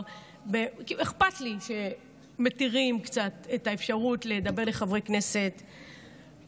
אכפת לי שמתירים קצת את האפשרות לחברי כנסת לדבר,